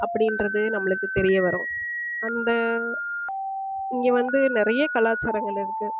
அப்படின்றதே நம்மளுக்கு தெரிய வரும் அந்த இங்கே வந்து நிறைய கலாச்சாரங்கள் இருக்குது